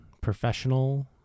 Professional